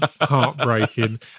heartbreaking